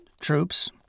troops